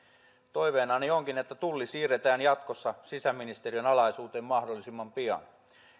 toiveenani onkin että tulli siirretään jatkossa sisäministeriön alaisuuteen mahdollisimman pian